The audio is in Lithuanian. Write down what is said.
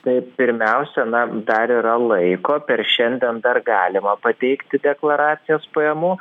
tai pirmiausia na dar yra laiko per šiandien dar galima pateikti deklaracijas pajamų